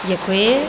Děkuji.